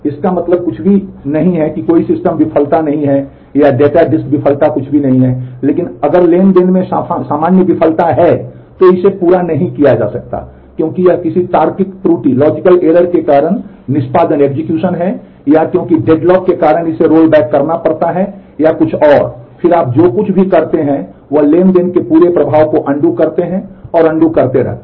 इसका मतलब कुछ भी नहीं है कि कोई सिस्टम विफलता नहीं है या डेटा डिस्क विफलता कुछ भी नहीं है लेकिन अगर ट्रांज़ैक्शन में सामान्य विफलता है तो इसे पूरा नहीं किया जा सकता है क्योंकि यह किसी तार्किक त्रुटि करते रहते हैं